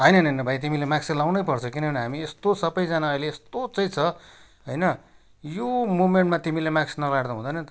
होइन होइन भाइ तिमीले माक्स चाहिँ लगाउनै पर्छ किनभने हामी यस्तो सबैजना अहिले यस्तो चाहिँ छ होइन यो मुमेन्टमा तिमीले माक्स नलगाएर त हुँदैन नि त